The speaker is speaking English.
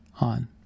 on